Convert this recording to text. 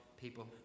people